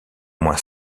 moins